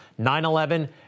9-11